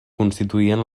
constituïen